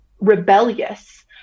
rebellious